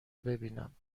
ببینم